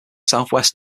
southwest